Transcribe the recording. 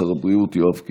חבר הכנסת אבי מעוז,